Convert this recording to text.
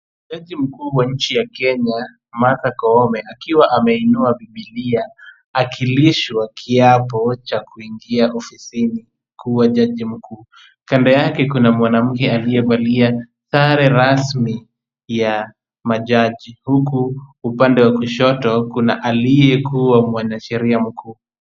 Jaji mkuu wa nchi ya Kenya Martha Koome akiwa ameinua bibilia akilishwa kiapo cha kuingia ofisini kuwa jaji mkuu. Kando yake kuna mwanamke aliyevalia sare rasmi ya majaji huku upande wa kushoto kuna aliyekuwa mwanasheria mkuu.